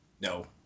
No